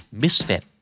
misfit